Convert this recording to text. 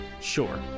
Sure